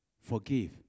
forgive